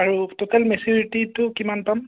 আৰু টোটেল মেচিউৰিটিটো কিমান পাম